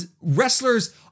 wrestlers